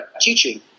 teaching